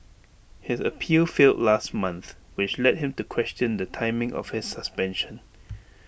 his appeal failed last month which led him to question the timing of his suspension